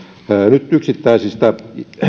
nyt yksittäisistä